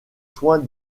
soin